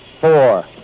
four